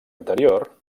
anterior